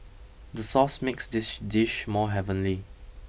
the sauce makes this dish more heavenly